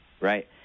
Right